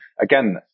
Again